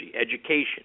education